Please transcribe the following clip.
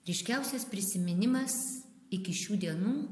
ryškiausias prisiminimas iki šių dienų